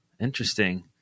Interesting